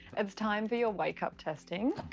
it's time for your wake-up testing.